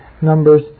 Numbers